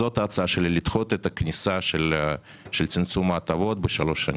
זאת ההצעה שלי לדחות את הכניסה של צמצום ההטבות בשלוש שנים.